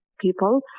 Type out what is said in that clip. people